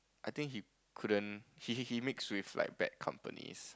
I think he couldn't he he mix with like bad company